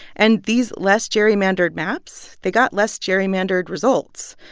and these less gerrymandered maps they got less gerrymandered results.